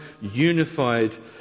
unified